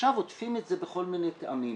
עכשיו עוטפים את זה בכל מיני טעמים.